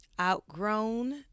outgrown